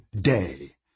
day